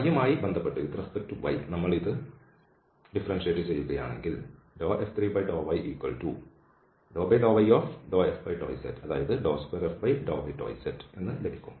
y മായി ബന്ധപ്പെട്ട് നമ്മൾ ഇത് ഡിഫറൻഷ്യേറ്റ് ചെയ്യുകയാണെങ്കിൽ F3∂y2f∂y∂z ലഭിക്കും